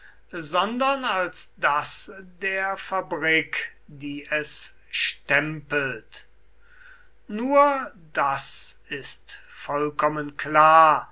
sondern als das der fabrik die es stempelt nur das ist vollkommen klar